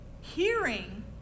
Hearing